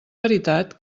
veritat